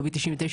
לובי 99,